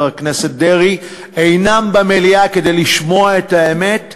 הכנסת דרעי אינם במליאה כדי לשמוע את האמת,